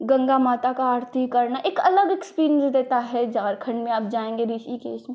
गंगा माता की आरती करना एक अलग एक्सपीरिएन्स देता है झारखण्ड में आप जाएँगे ऋषिकेश में